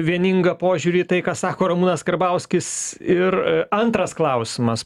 vieningą požiūrį į tai ką sako ramūnas karbauskis ir antras klausimas